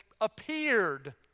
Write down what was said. appeared